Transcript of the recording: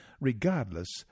regardless